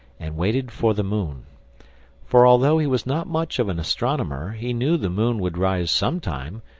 and waited for the moon for, although he was not much of an astronomer, he knew the moon would rise some time,